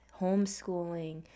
homeschooling